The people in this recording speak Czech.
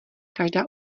každá